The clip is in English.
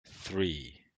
three